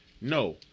No